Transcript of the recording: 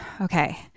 okay